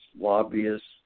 lobbyists